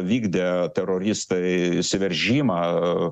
vykdė teroristai įsiveržimą